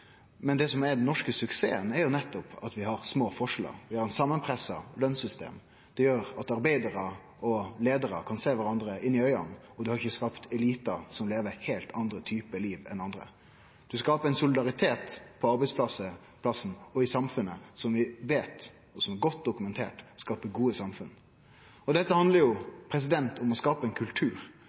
Men det som er den norske suksessen, er nettopp at vi har små forskjellar, vi har eit samanpressa lønssystem. Det gjer at arbeidarar og leiarar kan sjå kvarandre inn i auga, og det har ikkje skapt elitar som lever heilt andre typar liv enn andre. Ein skaper ein solidaritet på arbeidsplassen og i samfunnet som vi veit – og som er godt dokumentert – skaper gode samfunn. Dette handlar jo om å skape ein kultur,